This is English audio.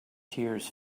tears